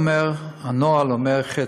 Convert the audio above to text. הנוהל אומר חצי,